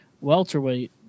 Welterweight